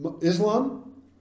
islam